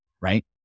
Right